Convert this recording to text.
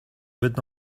would